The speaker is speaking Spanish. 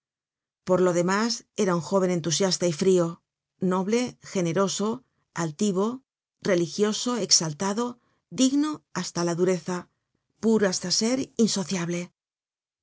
por lo demás era un jóven entusiasta y frio noble generoso altivo religioso exaltado digno hasta la dureza puro hasta ser insociable